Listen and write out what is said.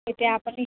এতিয়া আপুনি